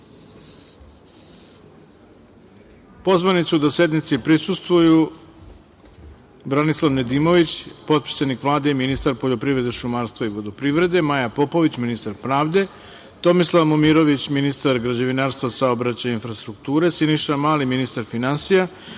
pozvani su da sednici prisustvuju: Branislav Nedimović, potpredsednik Vlade i ministar poljoprivrede, šumarstva i vodoprivrede, Maja Popović, ministar pravde, Tomislav Momirović, ministar građevinarstva, saobraćaja i infrastrukture, Siniša Mali, ministar finansija,